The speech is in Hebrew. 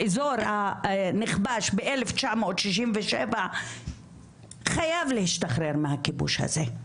באזור הנכבש ב-1967 חייב להשתחרר מהכיבוש הזה,